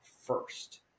first